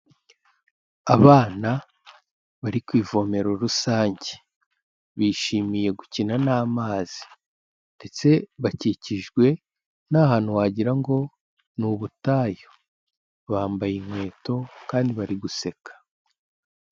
Abana bari ku ivomero rusange, bishimiye gukina n'amazi ndetse bakikijwe n'ahantu wagira ngo ni ubutayu, bambaye inkweto kandi bari guseka.